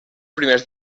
primers